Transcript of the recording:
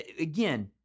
Again